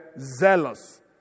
zealous